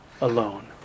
alone